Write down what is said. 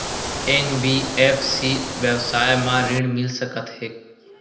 NBFC व्यवसाय मा ऋण मिल सकत हे